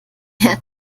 hat